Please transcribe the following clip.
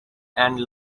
and